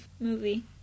movie